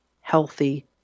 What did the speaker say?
healthy